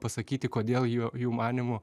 pasakyti kodėl jų jų manymu